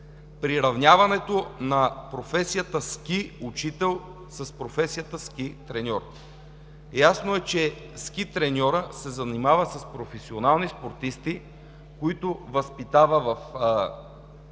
приравняването на професията „ски учител“, с професията „ски треньор“ е ясно, че ски треньорът се занимава с професионални спортисти, които възпитава във